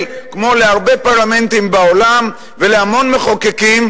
כמו להרבה פרלמנטים בעולם ולהמון מחוקקים,